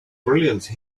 brilliance